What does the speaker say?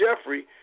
Jeffrey